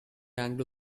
anglo